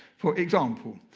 for example,